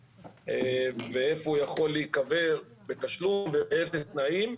ואיפה הוא יכול להיקבר בתשלום ובאילו תנאים.